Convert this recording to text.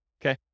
Okay